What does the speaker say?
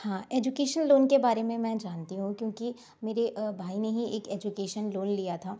हाँ education loan के बारे में मैं जानती हूँ क्योंकि मेरे भाई ने ही एक एजुकेशन लोन लिया था